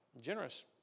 Generous